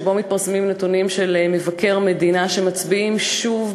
שבו מתפרסמים נתונים של מבקר המדינה שמצביעים שוב,